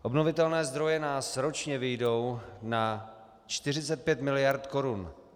Obnovitelné zdroje nás ročně vyjdou na 45 mld. korun.